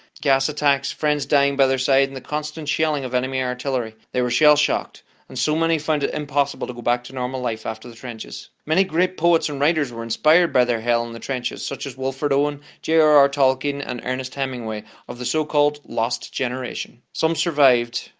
gas attacks, friends dying by their side, and the constant shelling of enemy artillery they were shell-shocked and so many found it impossible to go back to normal life after the trenches. many great poets and writers were inspired by their hell in the trenches such as wilfred owen, jrr tolkien and ernest hemingway of the so-called lost generation? some survived,